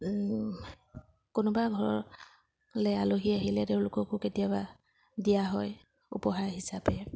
কোনোবা ঘৰলৈ আলহী আহিলে তেওঁলোককো কেতিয়াবা দিয়া হয় উপহাৰ হিচাপে